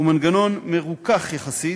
הוא מנגנון מרוכך יחסית,